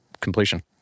completion